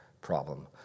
problem